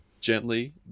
gently